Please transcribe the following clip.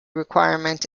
requirement